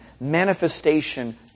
manifestation